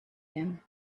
him